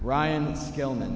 ryan gilman